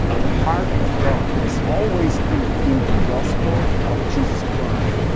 the heart of god has always been in the gospel of jesus christ.